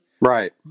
Right